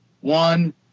One